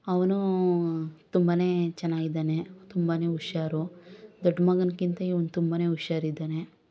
ಅವನು ತುಂಬಾನೇ ಚೆನ್ನಾಗಿದಾನೆ ತುಂಬಾನೇ ಹುಷಾರು ದೊಡ್ಡ ಮಗನ್ಗಿಂತ ಇವ್ನು ತುಂಬಾನೇ ಹುಷಾರಿದಾನೆ